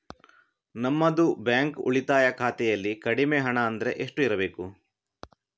ನಮ್ಮದು ಬ್ಯಾಂಕ್ ಉಳಿತಾಯ ಖಾತೆಯಲ್ಲಿ ಕಡಿಮೆ ಹಣ ಅಂದ್ರೆ ಎಷ್ಟು ಇರಬೇಕು?